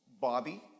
Bobby